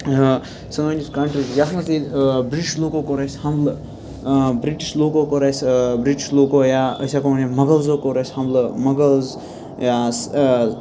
سٲنۍ یُس کَنٹری چھِ یَتھ منٛز ییٚتہِ بِرٛٹِش لوٗکو کوٚر اَسہِ حملہٕ بِرٛٹِش لوٗکو کوٚر اَسہِ بِرٛٹِش لوٗکو یا أسۍ ہٮ۪کو ؤنِتھ مغَلزو کوٚر اَسہِ حملہٕ مغَلز یا